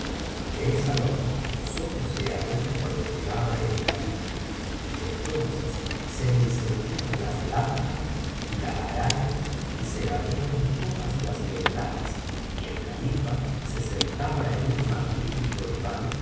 aquel salón sólo se abría cuando llegaba el califa y entonces se encendían las lamparas y la araña y se abrían todas las ventanas y el califa se sentaba en un magnífico diván